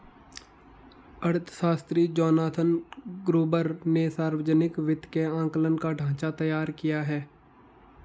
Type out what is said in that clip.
अर्थशास्त्री Jonathan Gruber ने सावर्जनिक वित्त के आंकलन का ढाँचा तैयार किया है